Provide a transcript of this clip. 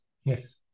yes